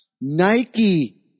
Nike